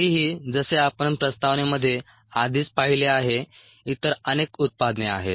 तरीही जसे आपण प्रस्तावनेमध्ये आधीच पाहिले आहे इतर अनेक उत्पादने आहेत